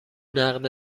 نقد